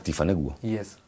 Yes